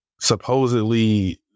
supposedly